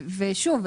ושוב,